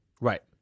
Right